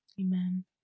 Amen